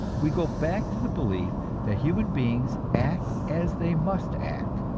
we go back to the belief that human beings act as they must act,